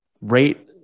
rate